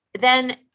then-